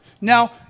Now